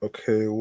Okay